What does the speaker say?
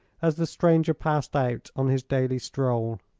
as the stranger passed out on his daily stroll.